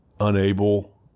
unable